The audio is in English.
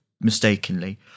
mistakenly